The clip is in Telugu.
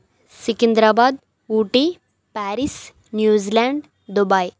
Secunderabad Ooty Paris New Zealand Dubai